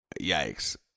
Yikes